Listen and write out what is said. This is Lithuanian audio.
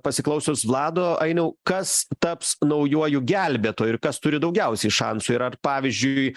pasiklausius vlado ainiau kas taps naujuoju gelbėtoju ir kas turi daugiausiai šansų ir ar pavyzdžiui